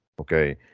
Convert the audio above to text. okay